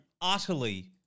utterly